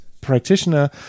practitioner